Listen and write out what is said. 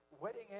wedding